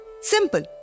Simple